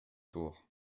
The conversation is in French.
tour